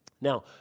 now